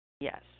Yes